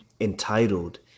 entitled